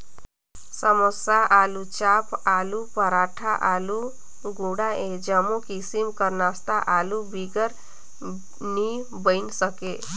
समोसा, आलूचाप, आलू पराठा, आलू गुंडा ए जम्मो किसिम कर नास्ता आलू बिगर नी बइन सके